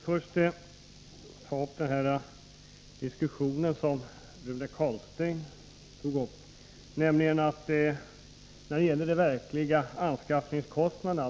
Herr talman! Jag vill börja med att ta upp den diskussion som Rune Carlstein förde om anskaffningskostnaden.